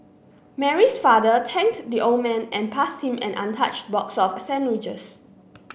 Mary's father thanked the old man and passed him an untouched box of sandwiches